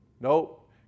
Nope